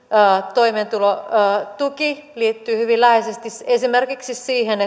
toimeentulotuki liittyy hyvin läheisesti esimerkiksi siihen